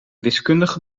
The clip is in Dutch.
wiskundige